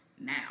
now